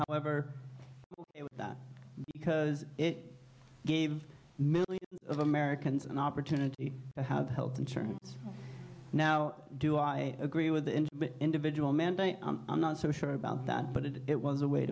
however that because it gave many of americans an opportunity to have health insurance now do i agree with the individual mandate i'm not so sure about that but it was a